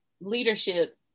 leadership